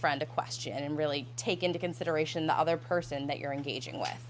friend a question and really take into consideration the other person that you're engaging with